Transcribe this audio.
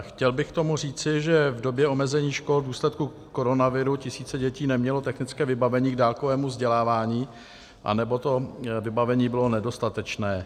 Chtěl bych k tomu říci, že v době omezení škol v důsledku koronaviru tisíce dětí neměly technické vybavení k dálkovému vzdělávání anebo to vybavení bylo nedostatečné.